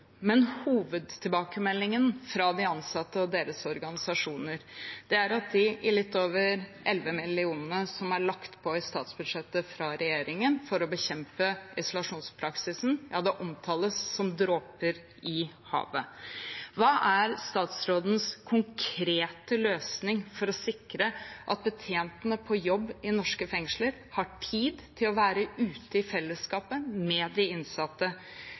Men hovedtilbakemeldingen fra de ansatte og deres organisasjoner er at de litt over elleve millionene som er lagt på i statsbudsjettet fra regjeringen for å bekjempe isolasjonspraksisen, er som dråper i havet. Hva er statsrådens konkrete løsning for å sikre at betjentene på jobb i norske fengsler har tid til å være ute i fellesskapet med de innsatte?